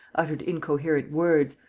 uttered incoherent words,